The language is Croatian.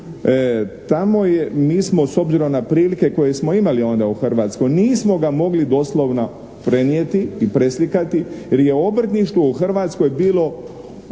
modelu mi smo s obzirom na prilike koje smo imali onda u Hrvatskoj nismo ga mogli doslovno prenijeti i preslikati jer je obrtništvo u Hrvatskoj bilo